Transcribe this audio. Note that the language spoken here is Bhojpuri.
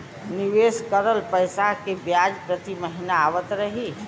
निवेश करल पैसा के ब्याज प्रति महीना आवत रही?